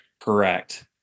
Correct